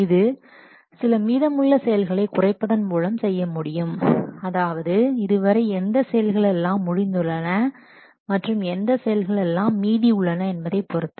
இது சில மீதமுள்ள செயல்களை குறைப்பதன் மூலம் செய்ய முடியும் அதாவது இதுவரை எந்த செயல்கள் எல்லாம் முடிந்துள்ளன மற்றும் எந்த செயல்கள் எல்லாம் மீதி உள்ளன என்பதைப் பொருத்து